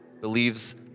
believes